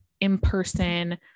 in-person